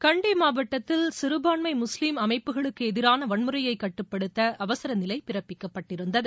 கண்டி மாவட்டத்தில் சிறுபான்மை முஸ்லீம் அமைப்புகளுக்கு எதிரான வன்முறையை கட்டுப்படுத்த அவசர நிலை பிறப்பிக்கப்பட்டிருந்தது